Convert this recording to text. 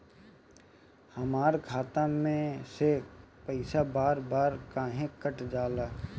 हमरा खाता में से पइसा बार बार काहे कट जाला?